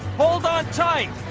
hold on tight